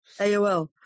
AOL